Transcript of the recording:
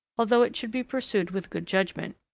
although it should be pursued with good judgment.